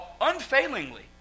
unfailingly